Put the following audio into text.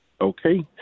Okay